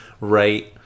right